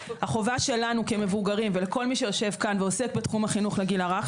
החובה שלנו כמבוגרים וכל מי שיושב כאן ועוסק בתחום החינוך לגיל הרך,